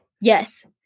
Yes